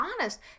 honest